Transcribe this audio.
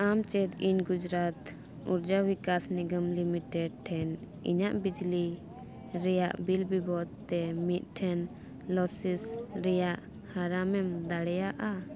ᱟᱢ ᱪᱮᱫ ᱤᱧ ᱜᱩᱡᱽᱨᱟᱴ ᱩᱨᱡᱟ ᱵᱤᱠᱟᱥ ᱱᱤᱜᱚᱢ ᱞᱤᱢᱤᱴᱮᱰ ᱴᱷᱮᱱ ᱤᱧᱟᱹᱜ ᱵᱤᱡᱽᱞᱤ ᱨᱮᱭᱟᱜ ᱵᱟᱵᱚᱫ ᱛᱮ ᱢᱤᱫᱴᱷᱮᱱ ᱞᱟᱹᱞᱤᱥ ᱨᱮᱭᱟᱜ ᱦᱚᱨᱟᱢ ᱮᱢ ᱫᱟᱲᱮᱭᱟᱜᱼᱟ